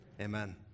Amen